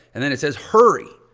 and then it says hurry.